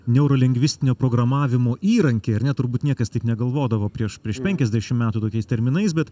neuro lingvistinio programavimo įrankį ar ne turbūt niekas taip negalvodavo prieš prieš penkiasdešim metų tokiais terminais bet